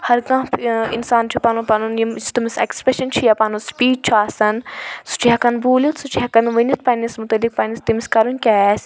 ہَر کانٛہہ ٲں اِنسان چھُ پَنُن پَنُن یِم تٔمِس ایٚکٕسپرٛیٚشَن چھِ یا پَنُن سٕپیٖچ چھُ آسان سُہ چھُ ہیٚکان بوٗلِتھ سُہ چھُ ہیٚکان ؤنِتھ پَننِس متعلق پَننِس تٔمِس کَرٕنۍ کیٛاہ آسہِ